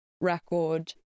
record